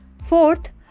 Fourth